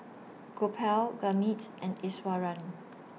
Gopal Gurmeet's and Iswaran